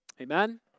Amen